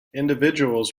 individuals